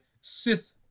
Sith